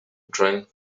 drawing